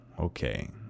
okay